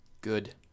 Good